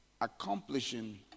accomplishing